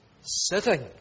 sitting